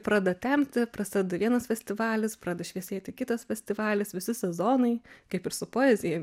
pradeda temti prasideda vienas festivalis pradeda šviesėti kitas festivalis visi sezonai kaip ir su poezija